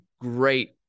great